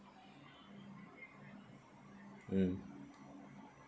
mm